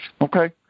okay